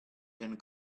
and